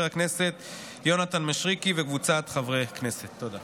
הכנסת יונתן מישרקי וקבוצת חברי הכנסת בנושא: